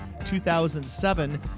2007